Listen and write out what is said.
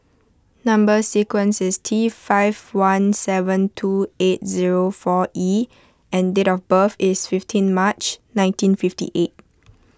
Number Sequence is T five one seven two eight zero four E and date of birth is fifteenth March nineteen fifty eight